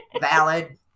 valid